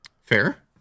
Fair